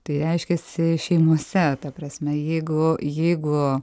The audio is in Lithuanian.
tai reiškiasi šeimose ta prasme jeigu jeigu